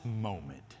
moment